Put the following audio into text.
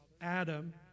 Adam